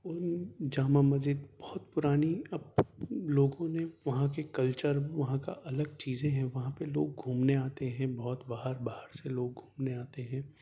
جامع مسجد بہت پرانی اب لوگوں نے وہاں کے کلچر وہاں کا الگ چیزیں ہیں وہاں پہ لوگ گھومنے آتے ہیں بہت باہر باہر سے لوگ گھومنے آتے ہیں